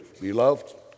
beloved